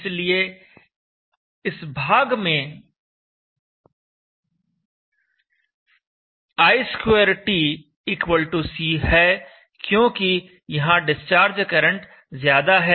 इसलिए इस भाग में i2t C है क्योंकि यहां डिस्चार्ज करंट ज्यादा है